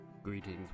Greetings